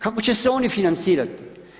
Kako će se oni financirati?